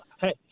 Hey